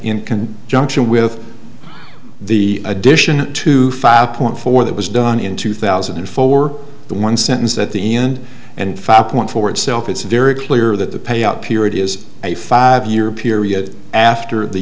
can junction with the addition to five point four that was done in two thousand and four the one sentence at the end and five point four itself it's very clear that the payout period is a five year period after the